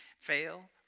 fail